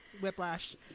whiplash